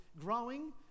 growing